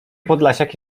podlasiaki